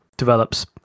Develops